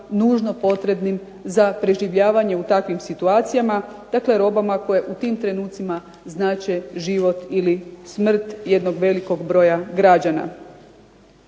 nužno potrebnim za preživljavanje u takvim situacijama, dakle robama koje u tim trenucima znače život ili smrt jednog velikog broja građana.